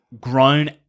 grown